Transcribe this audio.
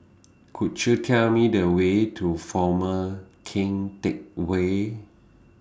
Could YOU Tell Me The Way to Former Keng Teck Whay